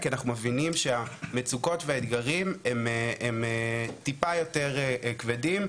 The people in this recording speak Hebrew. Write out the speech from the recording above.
כי אנחנו מבינים שהמצוקות והאתגרים הם טיפה יותר כבדים.